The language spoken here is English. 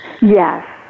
Yes